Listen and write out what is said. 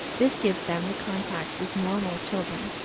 this gives them the contact with normal children,